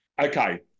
Okay